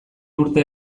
urte